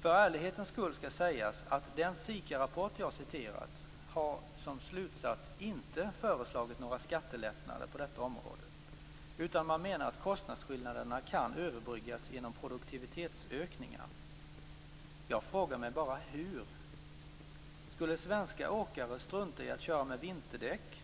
För ärlighetens skull skall sägas att den SIKA-rapport jag har citerat ur som slutsats inte har föreslagit några skattelättnader på detta område, utan man menar att kostnadsskillnaderna kan överbryggas genom produktivitetsökningar. Jag frågar mig bara hur. Skulle svenska åkare strunta i att köra med vinterdäck?